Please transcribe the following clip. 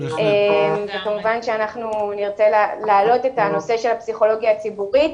וכמובן שנרצה להעלות את הנושא של הפסיכולוגיה הציבורית,